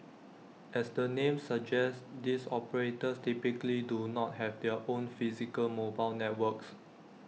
as the name suggests these operators typically do not have their own physical mobile networks